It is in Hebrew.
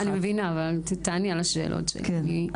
אני מבינה אבל תעני על השאלות שלי.